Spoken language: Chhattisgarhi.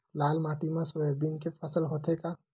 लाल माटी मा सोयाबीन के फसल होथे का?